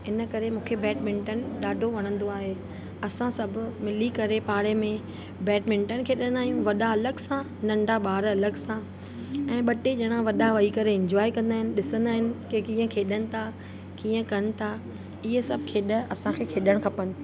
इनकरे मूंखे बैडमिंटन ॾाढो वणंदो आहे असां सभु मिली करे पाड़े में बैडमिंटन खेॾंदा आहियूं वॾा अलॻि सां नंढा ॿार अलॻि सां ऐं ॿ टे ॼणा वॾा वेई करे इंजॉए कंदा आहिनि ॾिसंदा आहिनि कि कीअं खेॾनि था कीअं कनि था इहे सभु खेॾु असांखे खेॾण खपेनि